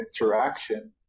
interaction